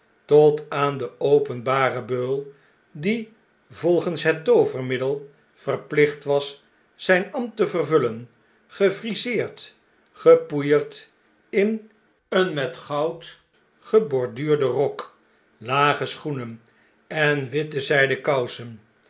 tot aan den openbaren beul die volgens het toovermiddel verplicht was zgn ambt te vervullen gefriseerd gepoeierd in een met goud geborduurden rok lage schoenen en witte zijden kousen